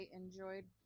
enjoyed